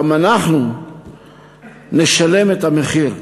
גם אנחנו נשלם את המחיר.